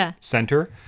center